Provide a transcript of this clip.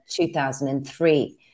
2003